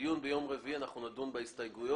בדיון ביום רביעי נדון בהסתייגויות,